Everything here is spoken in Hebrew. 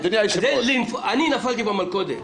אני נפלתי במלכודת.